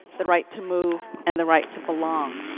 the right to move and the right to belong.